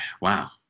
wow